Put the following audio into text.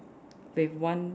with one